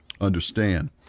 understand